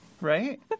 right